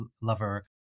lover